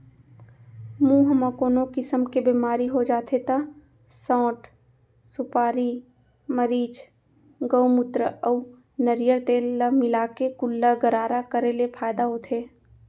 मुंह म कोनो किसम के बेमारी हो जाथे त सौंठ, सुपारी, मरीच, गउमूत्र अउ नरियर तेल ल मिलाके कुल्ला गरारा करे ले फायदा होथे